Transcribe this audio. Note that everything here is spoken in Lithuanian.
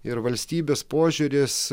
ir valstybės požiūris